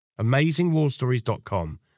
AmazingWarStories.com